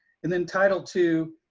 and then, title two,